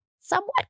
somewhat